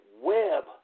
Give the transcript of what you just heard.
web